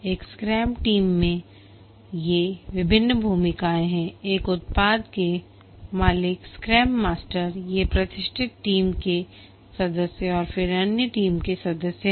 एक scrum team में ये विभिन्न भूमिकाएँ हैं एक उत्पाद के मालिक स्क्रैम मास्टर ये प्रतिष्ठित टीम के सदस्य और फिर अन्य टीम के सदस्य हैं